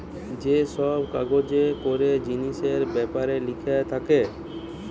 যে সব কাগজে করে জিনিসের বেপারে লিখা থাকে